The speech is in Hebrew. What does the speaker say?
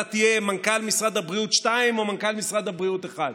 אתה תהיה מנכ"ל משרד הבריאות שתיים או מנכ"ל משרד הבריאות אחת.